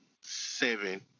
seven